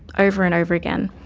over and over again,